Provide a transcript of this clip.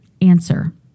Answer